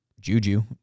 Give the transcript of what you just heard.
Juju